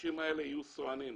הכבישים האלה יהיו סואנים.